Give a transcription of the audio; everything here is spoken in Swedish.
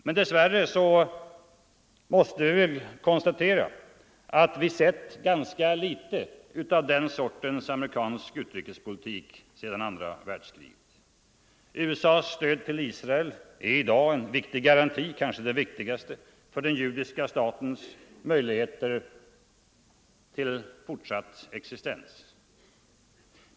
Men dess värre måste vi konstatera att vi har sett ganska litet av den sortens amerikansk utrikespolitik sedan andra världskriget. USA:s stöd till Israel är i dag en viktig garanti — kanske den viktigaste = för den judiska statens möjligheter till fortsatt existens.